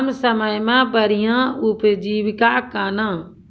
कम समय मे बढ़िया उपजीविका कहना?